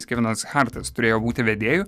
kevinas hartas turėjo būti vedėju